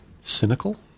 cynical